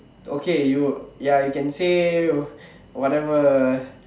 okay you ya you can say whatever